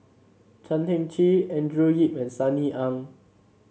Chan Heng Chee Andrew Yip and Sunny Ang